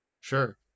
Sure